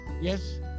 yes